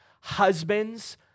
husbands